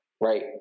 right